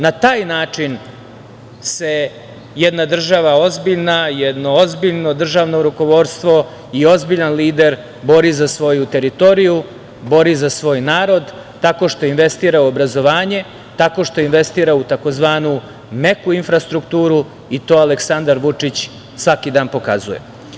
Na taj način se jedna država ozbiljna, jedno ozbiljno državno rukovodstvo i ozbiljan lider bori za svoju teritoriju, bori za svoj narod, tako što investira u obrazovanje, tako što investira u tzv. meku infrastrukturu i to Aleksandar Vučić svaki dan pokazuje.